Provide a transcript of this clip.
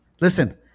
Listen